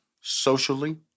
socially